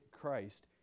Christ